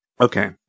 Okay